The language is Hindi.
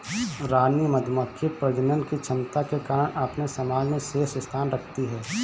रानी मधुमक्खी प्रजनन की क्षमता के कारण अपने समाज में शीर्ष स्थान रखती है